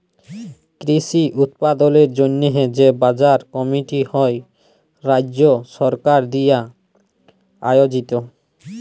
কৃষি উৎপাদলের জন্হে যে বাজার কমিটি হ্যয় রাজ্য সরকার দিয়া আয়জিত